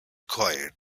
quiet